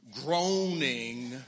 groaning